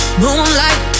moonlight